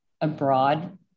abroad